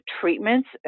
treatments